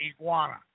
iguana